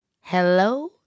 Hello